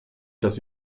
dass